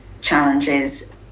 challenges